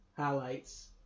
highlights